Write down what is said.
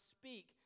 speak